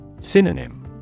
Synonym